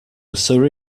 sir